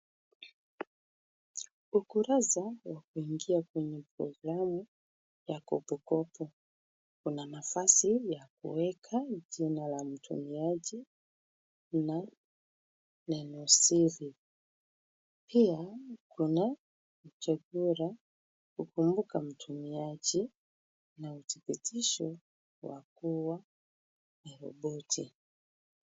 Ukurasa wa kuingia kwenye programu ya kopo kopo, ina nafasi ya kuweka jina ya mtumiaji na neno siri. Pia kuna picha bora kwa mtumiaji na udhibitisho ya kuwa ni roboti .